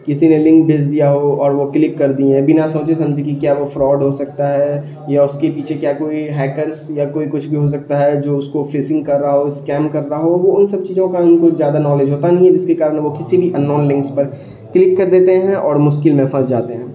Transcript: کسی نے لنک بھیج دیا ہو اور وہ کلک کر دیے ہیں بنا سوچے سمجھے کہ کیا وہ فراڈ ہو سکتا ہے یا اس کے پیچھے کیا کوئی ہیکرس یا کوئی کچھ بھی ہو سکتا ہے جو اس کو فیسنگ کر رہا ہو اسکیم کر رہا ہو وہ ان سب چیزوں کا ان کو زیادہ نالج ہوتا نہیں ہے جس کے کار وہ کسی بھی انون لنکس پر کلک کر دیتے ہیں اور مشکل میں پھنس جاتے ہیں